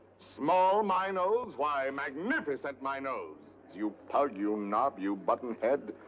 small, my nose? why, magnificent my nose! you pug! you knob! you buttonhead!